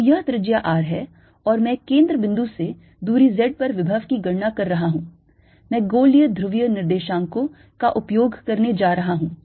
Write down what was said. तो यह त्रिज्या R है और मैं केंद्र बिंदु से दूरी z पर विभव की गणना कर रहा हूं मैं गोलीय ध्रुवीय निर्देशांको का उपयोग करने जा रहा हूं